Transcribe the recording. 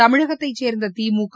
தமிழகத்தை சேர்ந்த திமுக